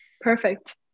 Perfect